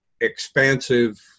expansive